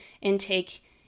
intake